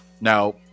now